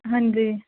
ਹਾਂਜੀ